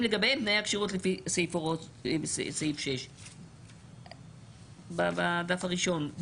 לגביהם תנאי הכשירות לפי הוראות סעיף 6'. בדף הראשון.